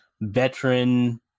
veteran